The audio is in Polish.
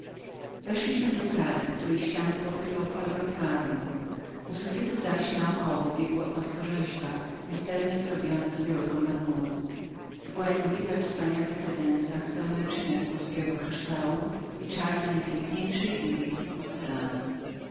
weszliśmy do sali której ściany pokrywał kolorowy marmur u sufitu zaś na około biegł wieniec misternie wyrobiony z białego marmuru w głębi w wspaniałych kredensach stały naczynia z górnego kryształu i czary z najkosztowniejszej indyjskiej porcelany